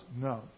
No